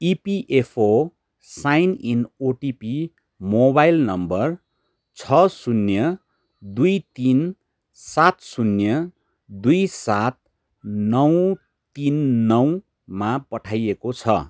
EPFO sign in OTP mobile number छ शून्य दुई तिन सात शून्य दूई सात दुई सात नौ तिन नौमा पठाइएको छ